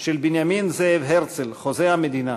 של בנימין זאב הרצל, חוזה המדינה.